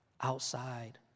outside